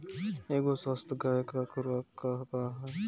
एगो स्वस्थ गाय क खुराक का ह?